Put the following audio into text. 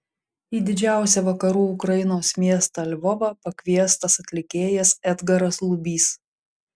į didžiausią vakarų ukrainos miestą lvovą pakviestas atlikėjas edgaras lubys